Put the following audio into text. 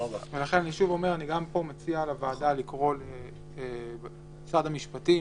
לכן אני שוב אומר שגם פה אני מציע לוועדה לקרוא למשרד המשפטים,